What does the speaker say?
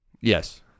Yes